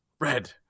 Red